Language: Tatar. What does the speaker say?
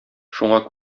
шуңа